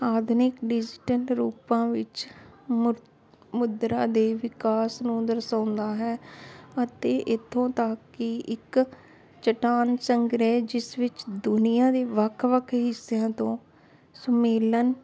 ਆਧੁਨਿਕ ਡਿਜ਼ੀਟਿੰਗ ਰੂਪਾਂ ਵਿੱਚ ਮੁਰ ਮੁਦਰਾਂ ਦੇ ਵਿਕਾਸ ਨੂੰ ਦਰਸਾਉਂਦਾ ਹੈ ਅਤੇ ਇੱਥੋਂ ਤੱਕ ਕਿ ਇੱਕ ਚੱਟਾਨ ਸੰਗ੍ਰਹਿ ਜਿਸ ਵਿੱਚ ਦੁਨੀਆ ਦੇ ਵੱਖ ਵੱਖ ਹਿੱਸਿਆਂ ਤੋਂ ਸੰਮੇਲਨ